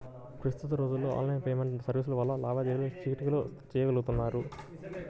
ప్రస్తుత రోజుల్లో online payment సర్వీసుల వల్ల లావాదేవీలు చిటికెలో చెయ్యగలుతున్నారు